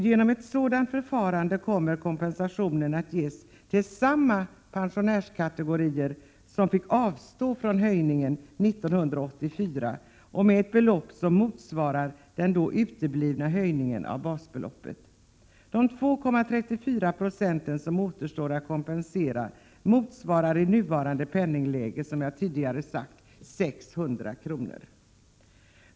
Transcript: Genom ett sådant förfarande kommer kompensationen att ges till samma pensionärskategorier som fick avstå från höjningen 1984 och med ett belopp som motsvarar den då uteblivna höjningen av basbeloppet. De 2,34 96 som återstår att kompensera för motsvarar i nuvarande penningvärde en höjning av basbeloppet med 600 kr.